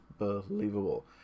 Unbelievable